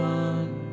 one